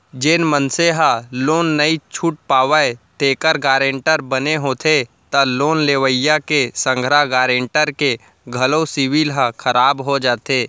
जेन मनसे ह लोन नइ छूट पावय तेखर गारेंटर बने होथे त लोन लेवइया के संघरा गारेंटर के घलो सिविल ह खराब हो जाथे